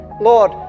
Lord